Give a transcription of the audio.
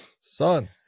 Son